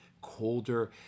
colder